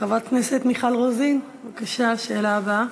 חברת הכנסת מיכל רוזין, בבקשה, השאלה הבאה.